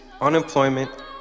unemployment